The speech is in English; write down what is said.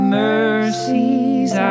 mercies